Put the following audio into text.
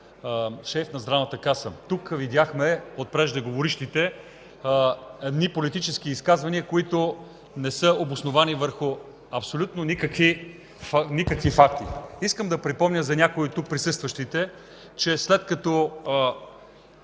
шеф на Здравната каса. Тук от преждеговорившите чухме едни политически изказвания, които не са обосновани върху абсолютно никакви факти. Искам да припомня на някои от тук присъстващите, че след като